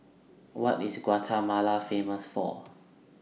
What IS Guatemala Famous For